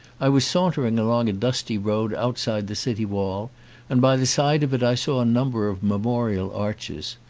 i was saun tering along a dusty road outside the city wall and by the side of it i saw a number of memorial arches.